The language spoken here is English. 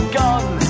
gone